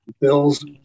Bills